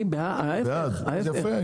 ההיפך, ההיפך.